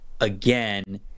again